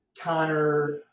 Connor